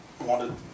wanted